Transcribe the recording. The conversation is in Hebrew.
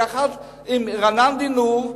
יחד עם רענן דינור,